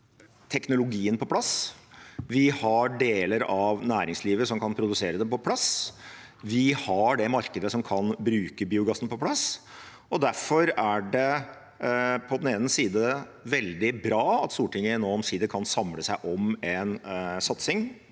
teknologien på plass. Vi har deler av næringslivet som kan produsere det, på plass. Vi har det markedet som kan bruke biogassen, på plass. Derfor er det på den ene siden veldig bra at Stortinget nå omsider kan samle seg om en satsing